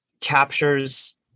captures